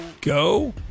go